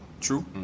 True